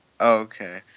okay